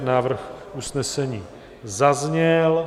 Návrh usnesení zazněl.